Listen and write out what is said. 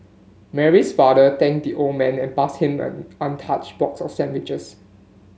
Mary's father thanked the old man and passed him an untouched box of sandwiches